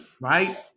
right